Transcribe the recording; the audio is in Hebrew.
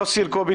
יוסי אלקובי,